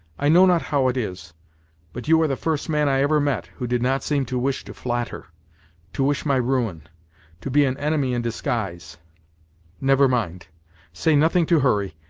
i know not how it is but you are the first man i ever met, who did not seem to wish to flatter to wish my ruin to be an enemy in disguise never mind say nothing to hurry,